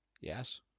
Yes